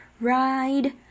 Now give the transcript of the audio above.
ride